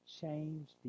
change